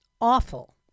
awful